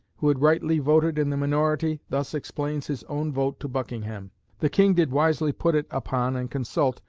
who had rightly voted in the minority, thus explains his own vote to buckingham the king did wisely put it upon and consult,